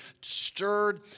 stirred